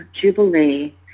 jubilee